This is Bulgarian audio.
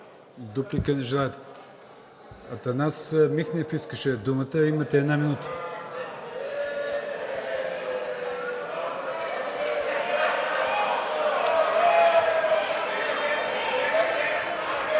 Дуплика не желаете. Атанас Михнев искаше думата. Имате една минута.